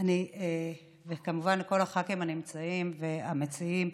וכמובן לכל הח"כים הנמצאים והמציעים.